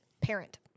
parent